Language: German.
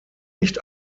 nicht